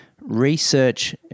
research